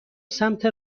سمت